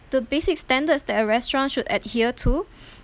the basic standards that a restaurant should adhere to